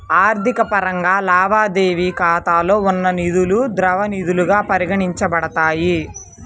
ఆర్థిక పరంగా, లావాదేవీ ఖాతాలో ఉన్న నిధులుద్రవ నిధులుగా పరిగణించబడతాయి